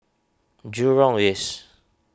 Jurong East